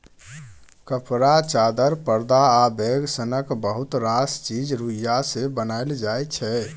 कपड़ा, चादर, परदा आ बैग सनक बहुत रास चीज रुइया सँ बनाएल जाइ छै